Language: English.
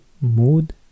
Mood